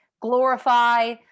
Glorify